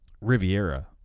Riviera